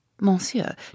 Monsieur